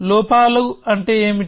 లోపాలు అంటే ఏమిటి